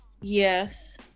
yes